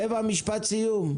אווה, משפט סיום.